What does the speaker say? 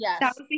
Yes